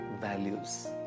values